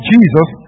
Jesus